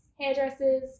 hairdressers